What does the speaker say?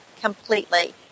completely